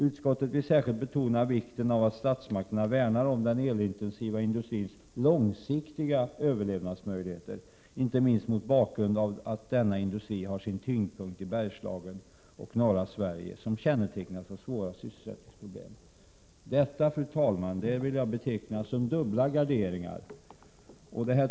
Utskottet vill särskilt betona vikten av att statsmakterna värnar om den elintensiva industrins långsiktiga överlevnadsmöjligheter, inte minst mot bakgrund av att denna industri har sin tyngdpunkt i Bergslagen och norra Sverige som kännetecknas av svåra sysselsättningsproblem.” Detta vill jag beteckna som dubbla garderingar.